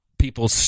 People